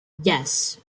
yes